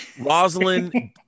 Rosalind